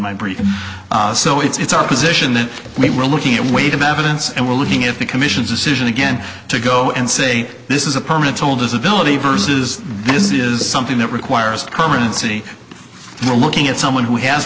so it's our position that we were looking at weight of evidence and we're looking at the commission's decision again to go and say this is a permanent told his ability versus this is something that requires permanency we're looking at someone who has